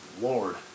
Lord